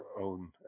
own